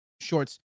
shorts